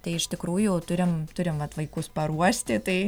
tai iš tikrųjų turim turim vat vaikus paruošti tai